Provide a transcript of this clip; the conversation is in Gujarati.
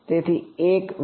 તેથી એક માટે એક